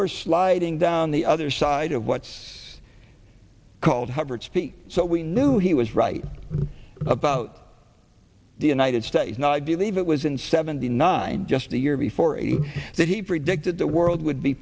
we're sliding down the other side of what's called hubbert's peak so we knew he was right about the united states now i believe it was in seventy nine just the year before eighty that he predicted the world would be